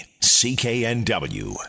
CKNW